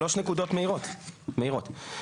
שלוש נקודות מהירות, מהירות.